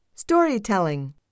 Storytelling